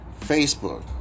Facebook